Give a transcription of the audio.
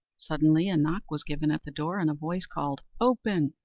suddenly a knock was given at the door, and a voice called, open!